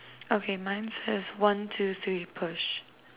okay mine says one two three push